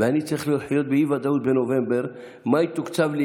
ואני צריך להיות באי-ודאות בנובמבר: מה יתוקצב לי,